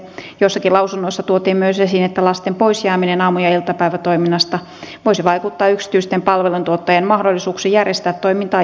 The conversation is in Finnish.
jossakin lausunnossa tuotiin myös esiin että lasten poisjääminen aamu ja iltapäivätoiminnasta voisi vaikuttaa yksityisten palveluntuottajien mahdollisuuksiin järjestää toimintaa jatkossa